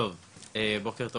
בוקר טוב